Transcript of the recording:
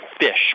fish